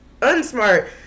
unsmart